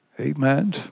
Amen